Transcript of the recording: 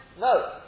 no